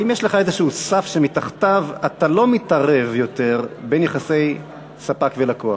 האם יש לך איזה סף שמתחתיו אתה לא מתערב יותר בין יחסי ספק ולקוח?